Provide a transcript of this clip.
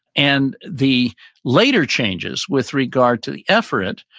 and the later changes with regard to the effort,